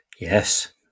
Yes